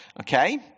Okay